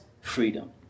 freedom